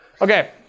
Okay